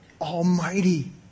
Almighty